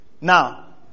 Now